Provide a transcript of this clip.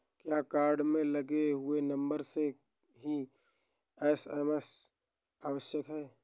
क्या कार्ड में लगे हुए नंबर से ही एस.एम.एस आवश्यक है?